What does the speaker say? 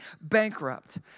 bankrupt